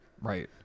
Right